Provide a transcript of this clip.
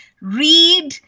read